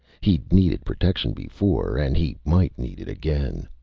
he'd needed protection before, and he might need it again.